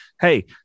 hey